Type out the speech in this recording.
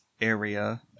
area